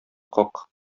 как